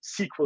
SQL